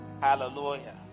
Hallelujah